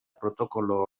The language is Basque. protokolo